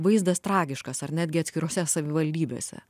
vaizdas tragiškas ar netgi atskirose savivaldybėse